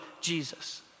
Jesus